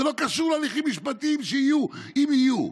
זה לא קשור להליכים משפטיים שיהיו, אם יהיו.